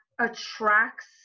attracts